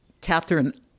Catherine